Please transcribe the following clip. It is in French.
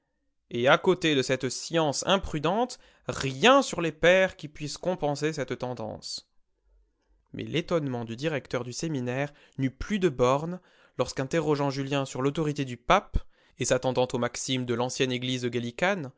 et à côté de cette science imprudente rien sur les pères qui puisse compenser cette tendance mais l'étonnement du directeur du séminaire n'eut plus de bornes lorsqu'interrogeant julien sur l'autorité du pape et s'attendant aux maximes de l'ancienne église gallicane